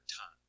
time